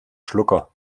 schlucker